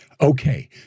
Okay